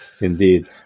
Indeed